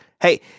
hey